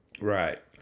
Right